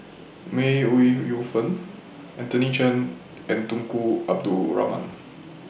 May Ooi Yu Fen Anthony Chen and Tunku Abdul Rahman